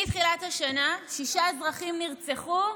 מתחילת השנה שישה אזרחים נרצחים,